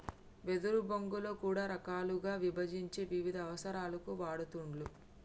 వెదురు బొంగులో కూడా రకాలుగా విభజించి వివిధ అవసరాలకు వాడుతూండ్లు